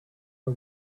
for